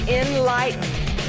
enlightened